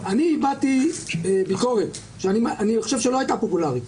אני אמרתי וגם כתבתי שאכן מ-1980 הפסיקה של אהרון ברק מחקה